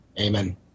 Amen